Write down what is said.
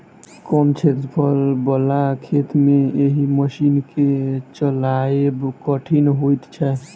कम क्षेत्रफल बला खेत मे एहि मशीन के चलायब कठिन होइत छै